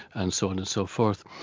and so on and so forth.